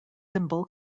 symbol